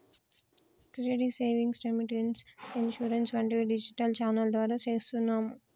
credit savings, remittance, insurance వంటివి digital channel ద్వారా చేస్తున్నాము